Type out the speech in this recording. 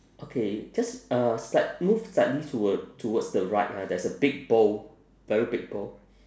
okay just uh slight move slightly toward towards the right right there is a big bowl very big bowl